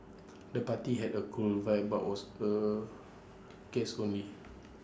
the party had A cool vibe but was guests only